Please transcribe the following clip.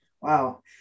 Wow